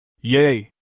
Yay